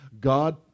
God